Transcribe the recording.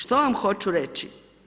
Što vam hoću reći?